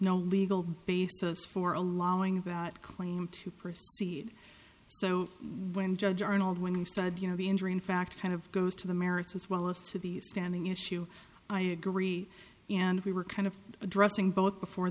no legal basis for allowing that claim to proceed so when judge arnold when he said you know the injury in fact kind of goes to the merits as well as to the standing issue i agree and we were kind of addressing both before